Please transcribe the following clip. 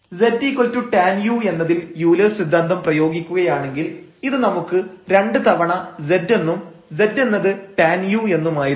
ztan u എന്നതിൽ Euler's സിദ്ധാന്തം പ്രയോഗിക്കുകയാണെങ്കിൽ ഇത് നമുക്ക് 2 തവണ z എന്നും z എന്നത് tan u എന്നുമായിരുന്നു